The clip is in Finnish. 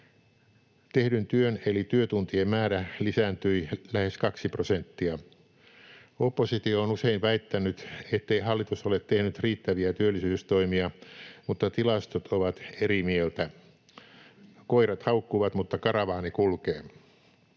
Tehdyn työn eli työtuntien määrä lisääntyi lähes kaksi prosenttia. Oppositio on usein väittänyt, ettei hallitus ole tehnyt riittäviä työllisyystoimia, mutta tilastot ovat eri mieltä — koirat haukkuvat, mutta karavaani kulkee.